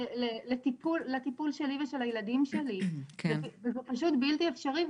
לטיפול שלי ושל הילדים לי וזה פשוט בלתי אפשרי.